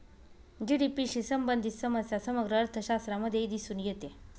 GDP शी संबंधित समस्या समग्र अर्थशास्त्रामध्येही दिसून येते